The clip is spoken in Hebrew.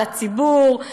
לציבור,